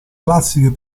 classiche